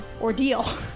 Ordeal